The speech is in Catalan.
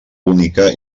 única